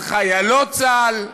על חיילות צה"ל?